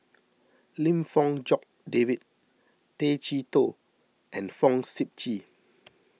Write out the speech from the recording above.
Lim Fong Jock David Tay Chee Toh and Fong Sip Chee